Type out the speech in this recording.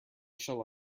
shall